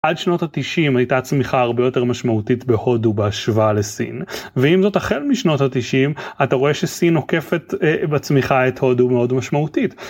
עד שנות התשעים הייתה צמיחה הרבה יותר משמעותית בהודו בהשוואה לסין ואם זאת החל משנות התשעים אתה רואה שסין עוקפת בצמיחה את הודו מאוד משמעותית.